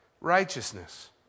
righteousness